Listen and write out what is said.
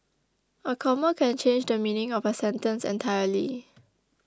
a comma can change the meaning of a sentence entirely